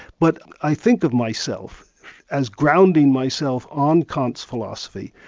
but i think of myself as grounding myself on kant's philosophy,